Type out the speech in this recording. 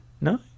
no